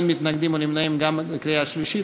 אין מתנגדים ואין נמנעים גם בקריאה השלישית.